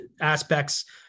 aspects